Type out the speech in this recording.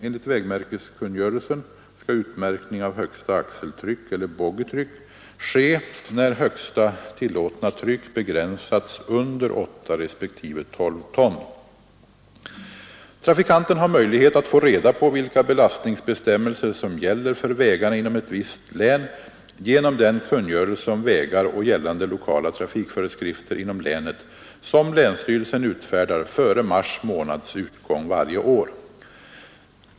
Enligt vägmärkeskungörelsen skall utmärkning av högsta axeltryck eller boggitryck ske när högsta tillåtna tryck begränsats under 8 respektive 12 ton. Trafikanten har möjlighet att få reda på vilka belastningsbestämmelser som gäller för vägarna inom ett visst län genom den kungörelse om vägar och gällande lokala trafikföreskrifter inom länet som länsstyrelsen utfärdar före mars månads utgång varje år.